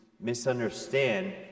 misunderstand